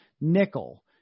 nickel